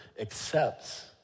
accepts